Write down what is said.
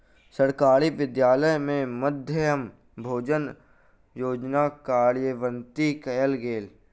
सरकारी विद्यालय में मध्याह्न भोजन योजना कार्यान्वित कयल गेल